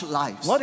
lives